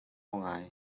ngai